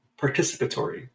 participatory